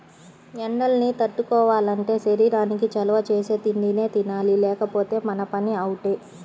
ఎండల్ని తట్టుకోవాలంటే శరీరానికి చలవ చేసే తిండినే తినాలి లేకపోతే మన పని అవుటే